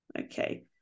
Okay